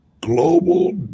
Global